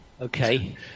Okay